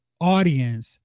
audience